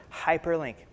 hyperlink